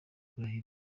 kurahira